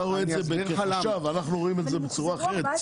אתה רואה את זה כחשב ואנחנו רואים את זה בצורה אחרת.